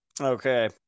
Okay